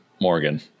Morgan